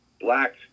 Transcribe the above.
black